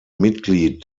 mitglied